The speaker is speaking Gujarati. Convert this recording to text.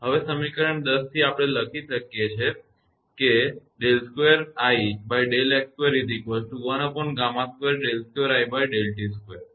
હવે સમીકરણ 9 થી આપણે લખી શકીએ આ સમીકરણ 11 છે